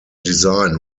design